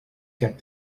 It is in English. get